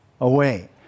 away